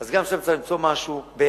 אז גם עכשיו צריך למצוא משהו באמצע,